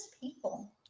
people